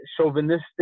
chauvinistic